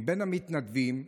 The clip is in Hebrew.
מבין המתנדבים,